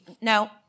No